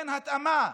אין התאמה,